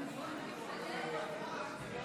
אנחנו